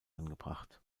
angebracht